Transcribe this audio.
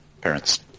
parents